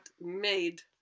made